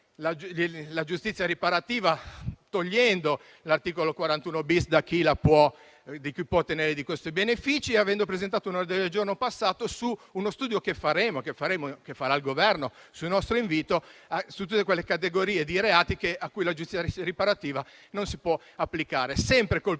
giustizia riparativa, escludendo l'articolo 41-*bis* da coloro che possono ottenere questi benefici e avendo presentato un ordine del giorno, che è stato accolto, su uno studio che faremo, che farà il Governo su nostro invito, su tutte quelle categorie di reati a cui la giustizia riparativa non si può applicare, sempre con